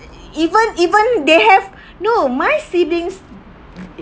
even even they have no my siblings